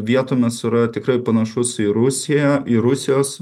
vietomis yra tikrai panašus į rusiją į rusijos